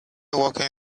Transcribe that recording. walking